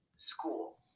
school